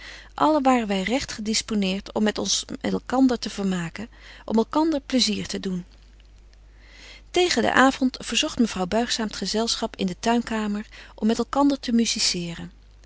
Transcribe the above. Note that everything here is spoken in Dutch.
allen waren wy regt gedisponeert om ons met elkander te vermaken om elkander plaibetje wolff en aagje deken historie van mejuffrouw sara burgerhart sier te doen tegen den avond verzogt mevrouw buigzaam t gezelschap in de tuinkamer om met elkander te